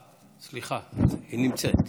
סליחה, היא נמצאת.